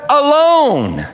alone